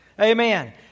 Amen